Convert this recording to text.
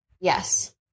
Yes